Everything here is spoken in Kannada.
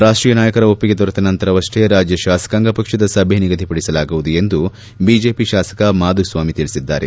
ರಾಷ್ಷೀಯ ನಾಯಕರ ಒಪ್ಪಿಗೆ ದೊರೆತ ನಂತರವಷ್ಷೇ ರಾಜ್ಯ ಶಾಸಕಾಂಗ ಪಕ್ಷದ ಸಭೆ ನಿಗದಿಪಡಿಸಲಾಗುವುದು ಎಂದು ಬಿಜೆಪಿ ಶಾಸಕ ಮಾಧುಸ್ವಾಮಿ ತಿಳಿಸಿದ್ದಾರೆ